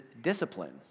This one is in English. discipline